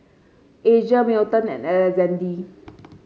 Asia Milton and Alexazde